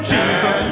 Jesus